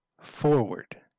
forward